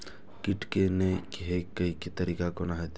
कीट के ने हे के तरीका कोन होते?